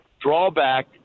drawback